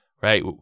right